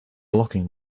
blocking